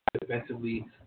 defensively